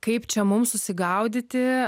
kaip čia mums susigaudyti